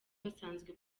basanzwe